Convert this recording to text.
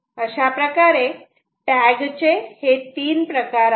अशाप्रकारे टॅग चे तीन प्रकार आहेत